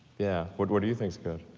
yeah. what what do you think's good?